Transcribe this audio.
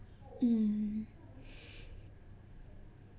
mm